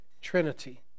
Trinity